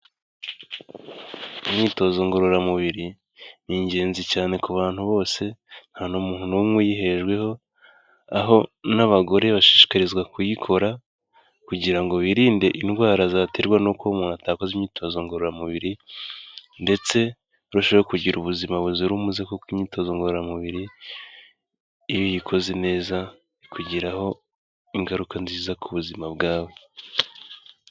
Imyitozo ngororamubiri ni ingenzi cyane ku bantu bose, nta n'umuntu n'umwe uyihejweho aho n'abagore bashishikarizwa kuyikora, kugira ngo birinde indwara zaterwa n'uko umuntu atakozeza imyitozo ngororamubiri, ndetse barushaho kugira ubuzima buzira umuze, kuko imyitozo ngororamubiri iyo uyikoze neza bikugiraho ingaruka nziza ku buzima bwawe.